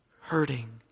hurting